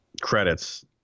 credits